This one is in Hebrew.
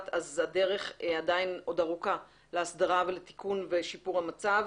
אז הדרך עדיין עוד ארוכה להסדרה ולתיקון ולשיפור המצב.